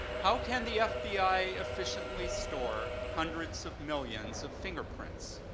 how can the fbi efficiently store hundreds of millions of fingerprints?